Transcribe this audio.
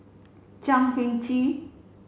Chan Heng Chee